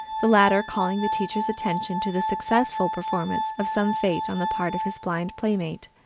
the latter calling the teacher's attention to the successful performance of some feat on the part of his blind playmate.